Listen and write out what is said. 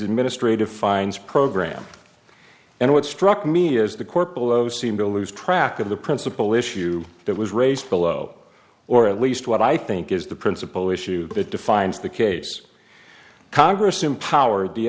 in ministre defines program and what struck me as the corporal o seem to lose track of the principal issue that was raised below or at least what i think is the principal issue that defines the case congress empowered the